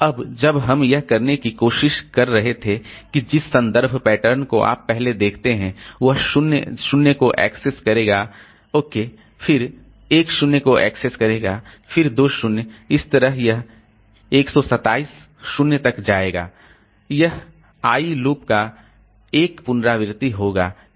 अब जब हम यह करने की कोशिश कर रहे थे कि जिस संदर्भ पैटर्न को आप पहले देखते हैं वह 0 0 को एक्सेस करेगा ओके फिर 1 0 को एक्सेस करेगा फिर 2 0 इस तरह यह 127 0 तक जाएगा यह i लूप का 1 पुनरावृत्ति होगा